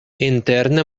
interne